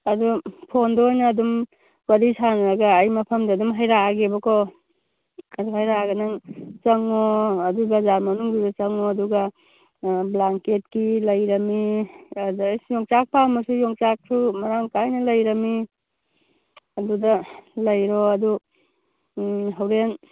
ꯑꯗꯨ ꯐꯣꯟꯗ ꯑꯣꯏꯅ ꯑꯗꯨꯝ ꯋꯥꯔꯤ ꯁꯥꯟꯅꯔꯒ ꯑꯩ ꯃꯐꯝꯗꯨ ꯑꯗꯨꯃ ꯍꯥꯏꯔꯛꯑꯒꯦꯕꯀꯣ ꯑꯩ ꯍꯥꯏꯔꯛꯂꯒ ꯅꯪ ꯆꯪꯉꯣ ꯑꯗꯨ ꯕꯖꯥꯔ ꯃꯅꯨꯡꯗꯨꯗ ꯆꯪꯉꯣ ꯑꯗꯨꯒ ꯑꯥ ꯕ꯭ꯂꯥꯡꯀꯦꯠꯀꯤ ꯂꯩꯔꯅꯤ ꯑꯗ ꯑꯁ ꯌꯣꯡꯆꯥꯛ ꯄꯥꯝꯂꯁꯨ ꯌꯣꯡꯆꯥꯛꯁꯨ ꯃꯔꯥꯡ ꯀꯥꯏꯅ ꯂꯩꯔꯃꯤ ꯑꯗꯨꯗ ꯂꯩꯔꯣ ꯑꯗꯨ ꯎꯝ ꯍꯣꯔꯦꯟ